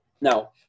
now